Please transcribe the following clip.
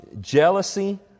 jealousy